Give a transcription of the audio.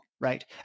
Right